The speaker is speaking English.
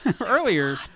earlier